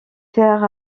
faire